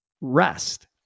rest